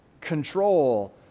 control